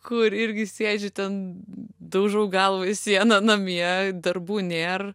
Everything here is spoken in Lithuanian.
kur irgi sėdžiu ten daužau galvą į sieną namie darbų nėr